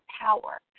power